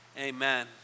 amen